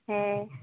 হ্যাঁ